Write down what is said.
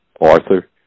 Arthur